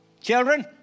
Children